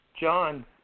John